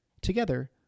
Together